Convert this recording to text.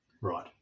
Right